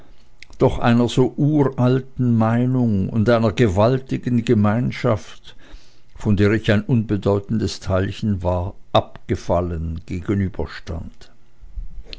doch einer so uralten meinung und einer gewaltigen gemeinschaft von der ich ein unbedeutendes teilchen war abgefallen